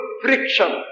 friction